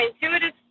intuitive